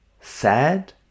sad